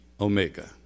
Omega